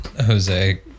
Jose